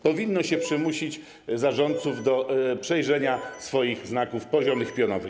Powinno się przymusić zarządców do przejrzenia swoich znaków poziomych i pionowych.